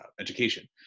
education